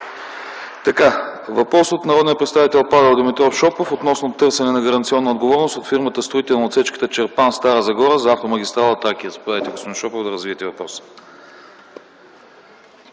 Въпрос от народния представител Павел Димитров Шопов относно търсене на гаранционна отговорност от фирмата строител на отсечката Чирпан-Стара Загора за автомагистрала „Тракия”. Заповядайте, господин Шопов, да развиете въпроса